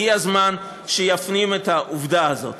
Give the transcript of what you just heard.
הגיע הזמן שיפנים את העובדה הזאת.